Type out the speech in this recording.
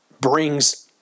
brings